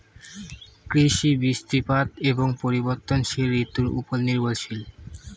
কৃষি বৃষ্টিপাত এবং পরিবর্তনশীল ঋতুর উপর নির্ভরশীল